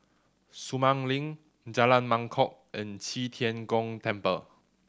Sumang Link Jalan Mangkok and Qi Tian Gong Temple